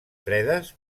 fredes